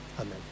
Amen